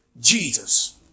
Jesus